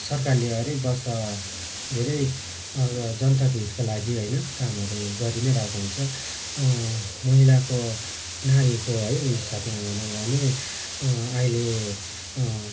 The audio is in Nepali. सरकारले हरेक वर्ष धेरै जनताको हितको लागि होइन कामहरू गरिनै रहेको हुन्छ महिलाको नारीको है हिसाबमा हेर्नु हो भने अहिले